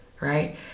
right